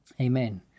Amen